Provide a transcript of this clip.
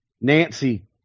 Nancy